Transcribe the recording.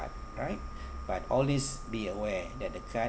right but always be aware that the card